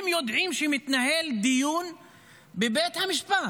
הם יודעים שמתנהל דיון בבית המשפט